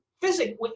physics